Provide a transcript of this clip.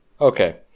Okay